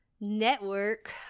network